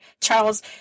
Charles